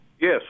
Yes